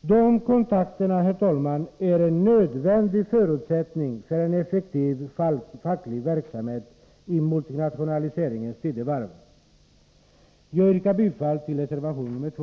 De kontakterna, herr talman, är en nödvändig förutsättning för en effektiv facklig verksamhet i multinationaliseringens tidevarv. Jag yrkar bifall till reservation nr 2.